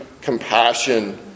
compassion